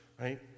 right